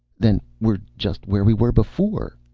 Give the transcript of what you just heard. then we're just where we were before.